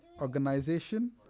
organization